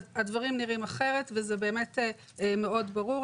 הדברים נראים אחרת וזה באמת מאד ברור.